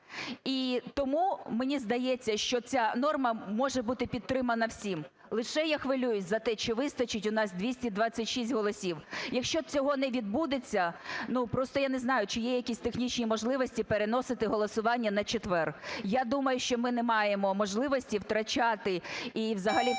І тому мені здається, що ця норма може бути підтримана всіма. Лише я хвилююсь за те, чи вистачить у нас 226 голосів. Якщо цього не відбудеться, ну, просто я не знаю, чи є якісь технічні можливості переносити голосування на четвер. Я думаю, що ми не маємо можливості втрачати і взагалі втрачати